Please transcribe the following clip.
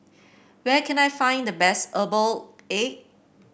where can I find the best Herbal Egg